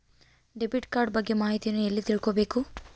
Debit card ಬಗ್ಗೆ ಮಾಹಿತಿಯನ್ನ ಎಲ್ಲಿ ತಿಳ್ಕೊಬೇಕು?